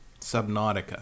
Subnautica